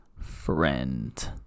friend